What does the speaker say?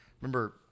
remember